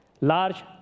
large